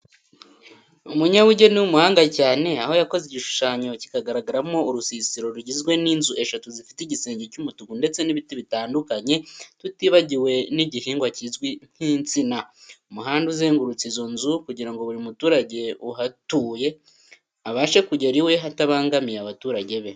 Umunyabugeni w'umuhanga cyane, aho yakoze igishushanyo kigaragaramo urusisiro rugizwe n'inzu eshatu zifite igisenge cy'umutuku ndetse n'ibiti bitandukanye, tutibagiwe n'igihingwa kizwi nk'insina. Umuhanda uzengurutse izo nzu kugira ngo buri muturage uhatuye abashe kugera iwe atabangamiye abaturanyi be.